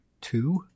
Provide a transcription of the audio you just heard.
two